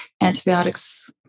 antibiotics